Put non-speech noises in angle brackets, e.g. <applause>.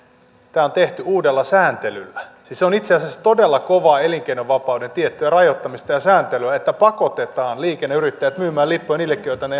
tämä on tehty uudella sääntelyllä ja se on itse asiassa todella kovaa elinkeinovapauden tiettyä rajoittamista ja sääntelyä että pakotetaan liikenneyrittäjät myymään lippuja niillekin joita ne <unintelligible>